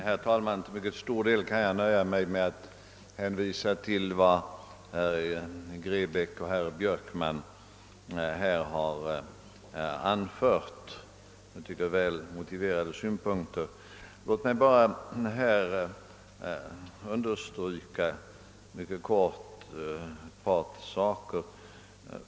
Herr talman! Till mycket stor del kan jag nöja mig med att hänvisa till vad herrar Grebäck och Björkman här har anfört; jag tycker deras synpunkter var mycket väl motiverade. Låt mig bara mycket kort understryka ett par saker.